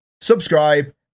subscribe